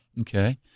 Okay